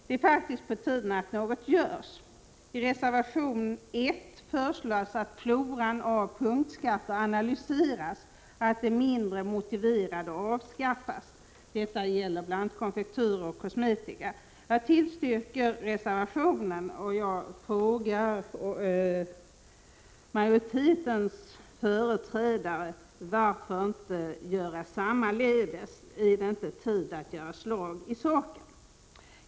Det är faktiskt på tiden att något görs! I reservation 1 föreslås att floran av punktskatter analyseras och att de mindre motiverade avskaffas. Detta gäller bl.a. konfektyr och kosmetika. Jag tillstyrker reservationen och frågar majoritetens företrädare varför de inte gör sammaledes. Är det inte tid att göra slag i saken?